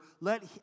let